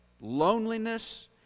loneliness